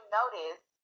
notice